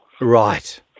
right